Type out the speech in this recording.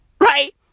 Right